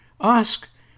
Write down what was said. ask